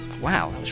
wow